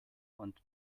und